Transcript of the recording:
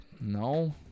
No